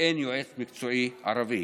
ואין יועץ מקצועי ערבי.